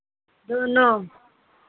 दोनों